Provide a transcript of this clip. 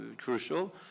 crucial